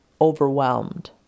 overwhelmed